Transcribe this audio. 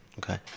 Okay